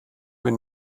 wenn